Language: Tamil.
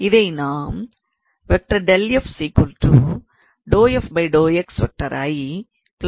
இதை நாம் என்று எழுதலாம்